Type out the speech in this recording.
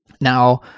Now